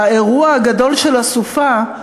באירוע הגדול של הסופה,